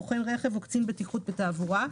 בוחן רכב או קצין בטיחות בתעבורה.